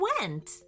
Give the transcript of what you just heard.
went